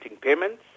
payments